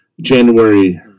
january